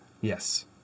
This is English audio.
Yes